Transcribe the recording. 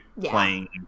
playing